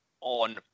on